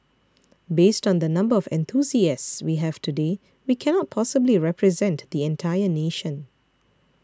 based on the number of enthusiasts we have today we cannot possibly represent the entire nation